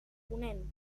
ponent